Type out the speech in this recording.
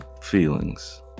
feelings